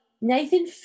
Nathan